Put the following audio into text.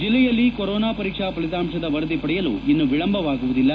ಜೆಲ್ಲೆಯಲ್ಲಿ ಕೊರೋನಾ ಪರೀಕ್ಷಾ ಫಲಿತಾಂಶದ ವರದಿ ಪಡೆಯಲು ಇನ್ನು ವಿಳಂಬವಾಗುವುದಿಲ್ಲ